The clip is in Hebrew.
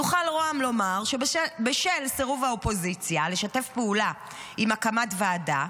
יוכל רה"מ לומר שבשל סירוב האופוזיציה לשתף פעולה עם הקמת ועדה,